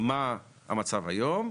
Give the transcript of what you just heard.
רשות המיסים מתבקשת להסביר מה המצב היום,